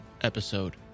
episode